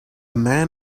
man